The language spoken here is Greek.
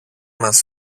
μας